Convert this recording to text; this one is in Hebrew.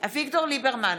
אביגדור ליברמן,